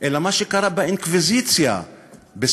אלא מה שקרה באינקוויזיציה בספרד,